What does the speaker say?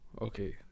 Okay